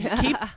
Keep